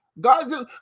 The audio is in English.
God